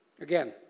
Again